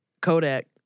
Kodak